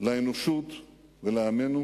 לאנושות ולעמנו: